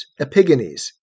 Epigenes